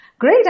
Great